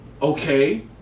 Okay